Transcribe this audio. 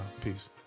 Peace